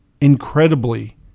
Incredibly